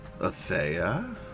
Athea